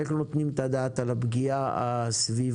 איך נותנים את הדעת על הפגיעה הסביבתית?